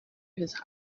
his